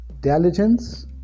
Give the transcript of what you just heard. diligence